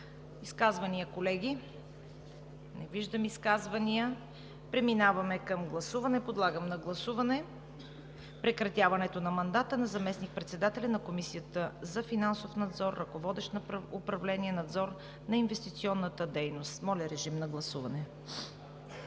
Изказвания, колеги? Не виждам желаещи за изказване. Преминаваме към гласуване. Подлагам на гласуване прекратяването на мандата на заместник-председателя на Комисията за финансов надзор, ръководещ управление „Надзор на инвестиционната дейност“. Гласували